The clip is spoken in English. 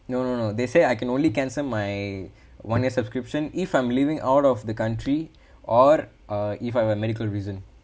no no no they say I can only cancel my one year subscription if I'm leaving out of the country or uh if I have a medical reason